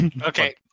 Okay